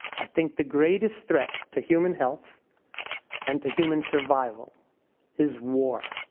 i think the greatest threat to human health and to human survival is war.